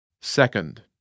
Second